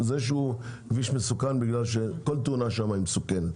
הוא כביש מסוכן כי כל תאונה שם מסוכנת.